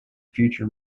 future